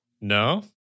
No